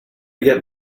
get